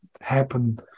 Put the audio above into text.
happen